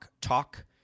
talk